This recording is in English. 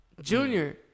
Junior